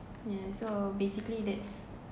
yeah so basically that's